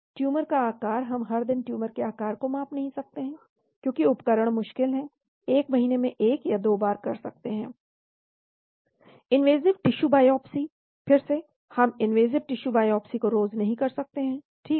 tumour का आकार हम हर दिन ट्यूमर के आकार को माप नहीं सकते हैं क्योंकि उपकरण मुश्किल हैं एक महीने में एक या 2 बार कर सकते हैं इनवेसिव टिशू बायोप्सी फिर से हम इनवेसिव टिशू बायोप्सी को हर रोज नहीं कर सकते हैं ठीक